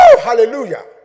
Hallelujah